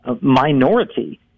minority